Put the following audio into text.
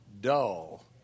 dull